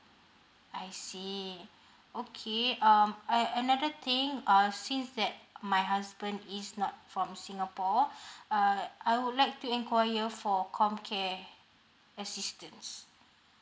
I see okay um a another thing uh since that my husband is not from singapore uh I would like to inquire for comcare assistance